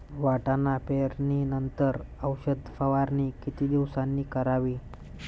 वाटाणा पेरणी नंतर औषध फवारणी किती दिवसांनी करावी?